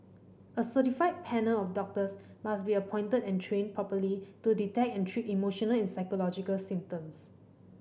a certified panel of doctors must be appointed and trained properly to detect and treat emotional and psychological symptoms